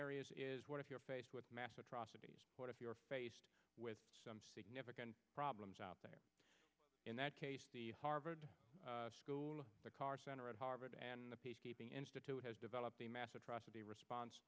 areas is what if you're faced with mass atrocities what if you're faced with some significant problems out there in that case the harvard school of the carr center at harvard and the peacekeeping institute has developed a mass atrocity response